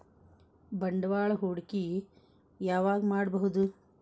ಬಂಡವಾಳ ಹೂಡಕಿ ಯಾವಾಗ್ ಮಾಡ್ಬಹುದು?